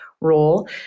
role